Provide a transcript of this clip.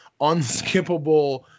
unskippable